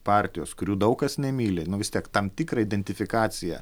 partijos kurių daug kas nemyli nu vis tiek tam tikrą identifikaciją